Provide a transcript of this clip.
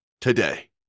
today